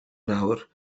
nawr